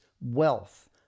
wealth